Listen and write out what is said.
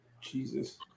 Jesus